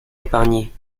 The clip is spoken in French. épargnés